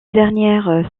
dernières